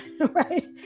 right